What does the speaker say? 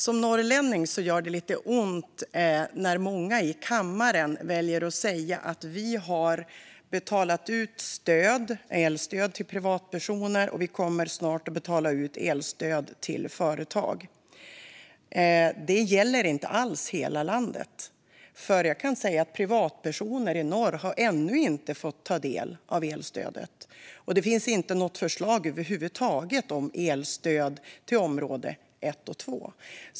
Som norrlänning gör det lite ont när många i kammaren väljer att säga att man har betalat ut elstöd till privatpersoner och snart kommer att betala ut elstöd till företag. Det gäller inte alls hela landet. Privatpersoner i norr har ännu inte fått ta del av elstödet. Och det finns inget förslag över huvud taget om elstöd till elområde 1 och 2.